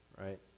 Right